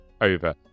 over